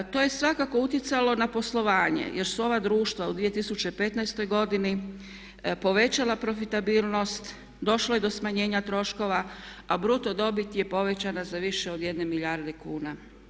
To je svakako utjecalo na poslovanje jer su ova društva u 2015. godini povećala profitabilnost, došlo je do smanjenja troškova a bruto dobit je povećana za više od 1 milijarde kuna.